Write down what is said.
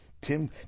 Tim